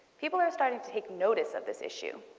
people are starting to take notice of this issue.